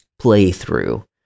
playthrough